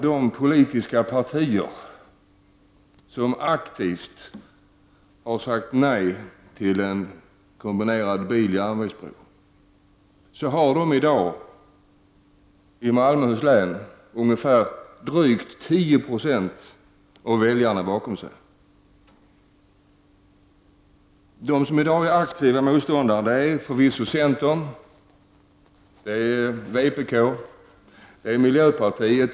De politiska partier som aktivt arbetar emot en kombinerad biloch järnvägsbro har i dag i Malmöhus län drygt 10 26 av väljarna bakom sig. De aktiva motståndarna är i dag centern, vpk och miljöpartiet.